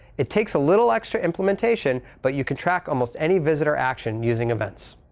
it takes a little extra implementation, but you can track almost any visitor action using events.